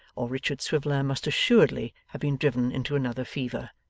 or richard swiveller must assuredly have been driven into another fever,